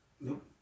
Nope